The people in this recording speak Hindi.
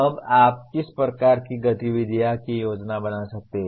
अब आप किस प्रकार की गतिविधियों की योजना बना सकते हैं